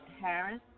Harris